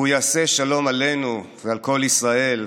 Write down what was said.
הוא יעשה שלום עלינו ועל כל ישראל,